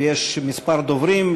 ויש כמה דוברים,